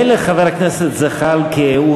מילא חבר הכנסת זחאלקה,